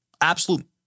absolute